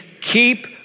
keep